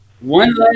One